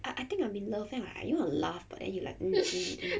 I I think I'm in love then I I want to laugh but then he like mm mm mm